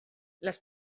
les